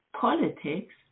politics